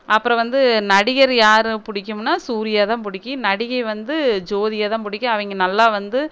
அப்புறம் வந்து நடிகர் யாரை பிடிக்கும்னா சூர்யா தான் பிடிக்கும் நடிகை வந்து ஜோதிகாதான் பிடிக்கும் அவங்க நல்லா வந்து